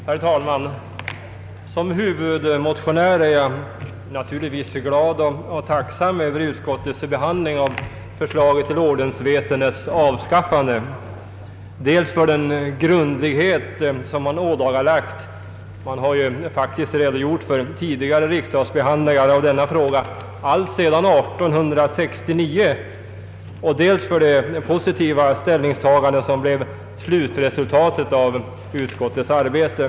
Herr talman! Som huvudmotionär är jag naturligtvis glad över utskottets behandling av förslaget till ordensväsendets avskaffande. Jag är tacksam dels för den grundlighet som ådagalagts — utskottet har faktiskt redogjort för tidigare riksdagsbehandling av denna fråga alltsedan 1869 — och dels för det positiva ställningstagande som blivit resultatet av utskottets arbete.